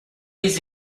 les